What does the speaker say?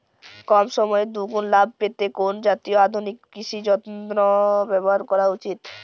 কম সময়ে দুগুন লাভ পেতে কোন জাতীয় আধুনিক কৃষি যন্ত্র ব্যবহার করা উচিৎ?